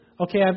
okay